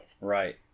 Right